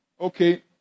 Okay